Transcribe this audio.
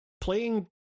playing